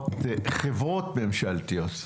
חברות ממשלתיות.